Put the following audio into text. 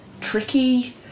tricky